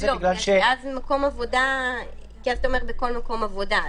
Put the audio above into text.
לא, כי אז אתה אומר בכל מקום עבודה.